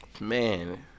man